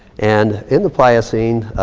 and in the pliocene,